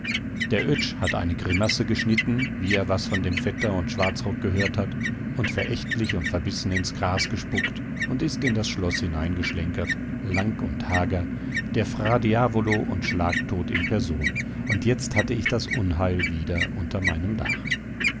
der oetsch hat eine grimasse geschnitten wie er was von dem vetter und schwarzrock gehört hat und verächtlich und verbissen ins gras gespuckt und ist in das schloß hineingeschlenkert lang und hager der fra diavolo und schlagtot in person und jetzt hatte ich das unheil wieder unter meinem dach